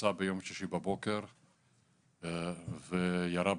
יצא ביום שישי בבוקר וירה בעצמו,